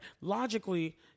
Logically